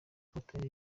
batari